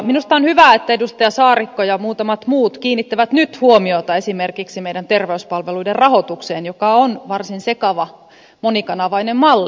minusta on hyvä että edustaja saarikko ja muutamat muut kiinnittävät nyt huomiota esimerkiksi meidän terveyspalveluiden rahoitukseen joka on varsin sekava monikanavainen malli